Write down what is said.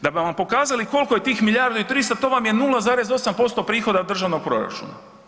Da bi vam pokazali koliko je tih milijardu i 300 to vam je 0,8% prihoda od državnog proračuna.